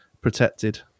protected